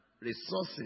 resources